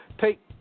take